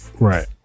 right